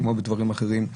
כמו בדברים אחרים,